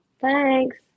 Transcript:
Thanks